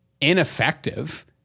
ineffective